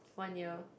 one year